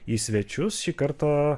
į svečius šį kartą